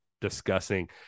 discussing